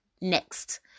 next